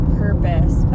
purpose